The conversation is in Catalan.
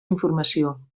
informació